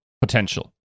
potential